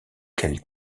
quel